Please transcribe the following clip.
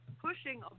pushing